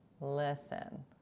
listen